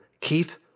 Keith